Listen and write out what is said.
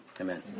amen